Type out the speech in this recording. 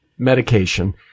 Medication